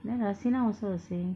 then asinah also got say